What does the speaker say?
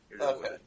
Okay